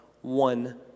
one